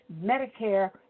Medicare